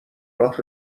راه